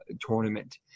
tournament